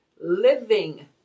Living